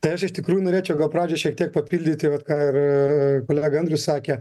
tai aš iš tikrųjų norėčiau gal pradžiai šiek tiek papildyti vat ką ir kolega andrius sakė